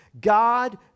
God